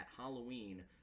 Halloween